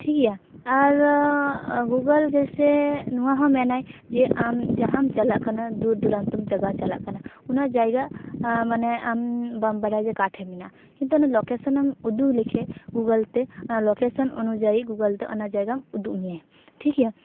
ᱴᱷᱤᱠ ᱜᱮᱭᱟ ᱟᱨ ᱜᱩᱜᱳᱞ ᱡᱮᱭᱥᱮ ᱱᱚᱶᱟ ᱦᱚᱸ ᱢᱮᱱᱟᱭ ᱡᱮ ᱟᱢ ᱡᱟᱦᱟᱸᱢ ᱪᱟᱞᱟᱜ ᱠᱟᱱᱟ ᱫᱩᱨ ᱫᱩᱨᱟᱱᱛᱚ ᱡᱟᱜᱟ ᱪᱟᱞᱟᱜ ᱠᱟᱱᱟ ᱚᱱᱟ ᱡᱟᱭᱜᱟ ᱟᱻ ᱢᱟᱱᱮ ᱟᱢ ᱵᱟᱢ ᱵᱟᱰᱟᱭᱟ ᱠᱟ ᱴᱷᱮᱡ ᱢᱮᱱᱟᱜᱼᱟ ᱠᱤᱱᱛᱩ ᱩᱱᱤ ᱞᱚᱠᱮᱥᱚᱱ ᱮᱢ ᱩᱫᱩᱜ ᱞᱮᱠᱷᱟᱱ ᱜᱩᱜᱳᱞ ᱛᱮ ᱚᱱᱟ ᱞᱚᱠᱮᱥᱚᱮᱱ ᱚᱱᱩᱡᱟᱭᱤ ᱜᱩᱜᱳᱞ ᱫᱚ ᱚᱱᱟ ᱡᱟᱭᱜᱟᱢ ᱩᱫᱩᱜ ᱢᱮᱭᱟᱭ ᱴᱷᱤᱠ ᱜᱮᱭᱟ